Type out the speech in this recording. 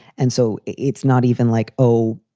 and so it's not even like, oh,